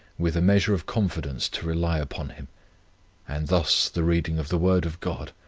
with a measure of confidence to rely upon him and thus the reading of the word of god,